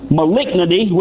malignity